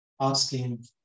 asking